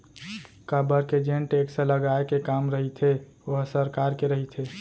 काबर के जेन टेक्स लगाए के काम रहिथे ओहा सरकार के रहिथे